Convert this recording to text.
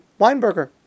Weinberger